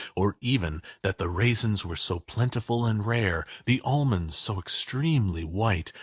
or even that the raisins were so plentiful and rare, the almonds so extremely white,